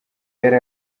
yari